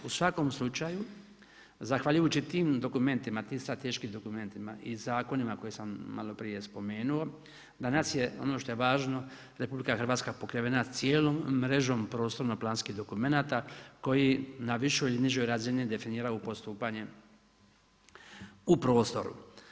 U svakom slučaju zahvaljujući tim strateškim dokumentima i zakonima koje sam maloprije spomenuo, danas je ono što je važno RH pokrivena cijelom mrežom prostorno-planskih dokumenata koji na višoj i nižoj razini definiraju postupanje u prostoru.